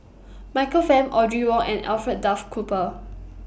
Michael Fam Audrey Wong and Alfred Duff Cooper